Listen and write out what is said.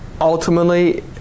Ultimately